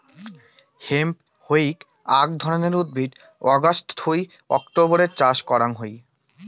hemp হউক আক ধরণের উদ্ভিদ অগাস্ট থুই অক্টোবরের চাষ করাং হই